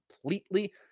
completely